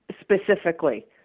specifically